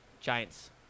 Giants